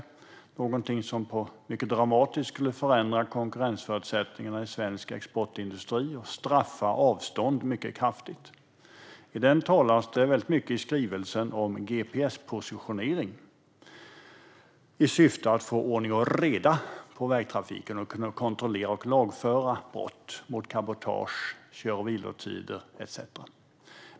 Det är någonting som mycket dramatiskt skulle förändra konkurrensförutsättningarna i svensk exportindustri och straffa avstånd mycket kraftigt. I skrivelsen talas det mycket om gps-positionering i syfte att få ordning och reda på vägtrafiken och kunna kontrollera och lagföra brott mot cabotageregler och kör och vilotider etcetera.